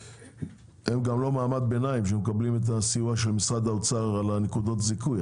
הם גם לא מעמד ביניים שמקבל את הסיוע של משרד האוצר בנקודות הזיכוי.